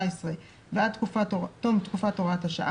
ואחרי זה נראה איך מגיעים למספר הנפשות המשוקללות במשפחה.